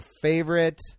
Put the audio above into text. favorite